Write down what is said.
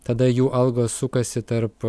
tada jų algos sukasi tarp